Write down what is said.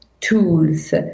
tools